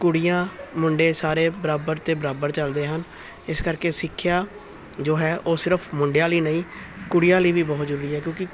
ਕੁੜੀਆਂ ਮੁੰਡੇ ਸਾਰੇ ਬਰਾਬਰ ਅਤੇ ਬਰਾਬਰ ਚਲਦੇ ਹਨ ਇਸ ਕਰਕੇ ਸਿੱਖਿਆ ਜੋ ਹੈ ਉਹ ਸਿਰਫ ਮੁੰਡਿਆਂ ਲਈ ਨਹੀਂ ਕੁੜੀਆਂ ਲਈ ਵੀ ਬਹੁਤ ਜ਼ਰੂਰੀ ਹੈ ਕਿਉਂਕਿ